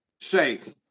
safe